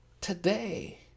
today